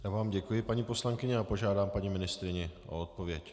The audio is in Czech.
Já vám děkuji, paní poslankyně a požádám paní ministryni o odpověď.